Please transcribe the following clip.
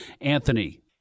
Anthony